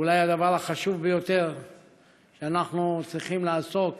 שאולי הדבר החשוב ביותר שאנחנו צריכים לעסוק